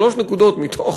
שלוש נקודות מתוך